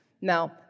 Now